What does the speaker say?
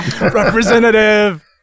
Representative